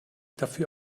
dafür